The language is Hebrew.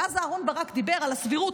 ואז אהרן ברק דיבר על הסבירות.